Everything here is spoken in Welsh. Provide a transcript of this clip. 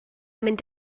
mynd